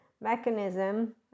mechanism